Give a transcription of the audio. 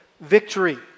victory